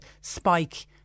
spike